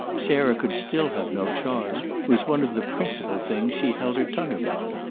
sarah could still have no charm, was one of the principal things she held her tongue about.